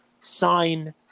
sign